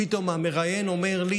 פתאום המראיין אומר לי,